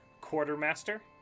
Quartermaster